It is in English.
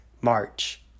March